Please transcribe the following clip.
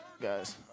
Guys